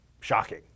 shocking